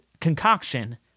concoction